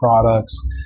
products